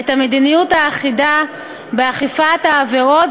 את המדיניות האחידה באכיפת העבירות